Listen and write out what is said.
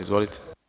Izvolite.